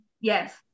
Yes